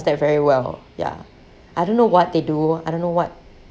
that very well ya I don't know what they do I don't know what